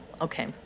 Okay